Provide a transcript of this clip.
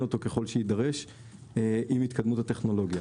אותו ככל שיידרש עם התקדמות הטכנולוגיה